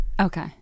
Okay